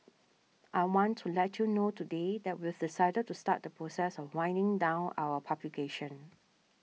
I want to let you know today that we've decided to start the process of winding down our publication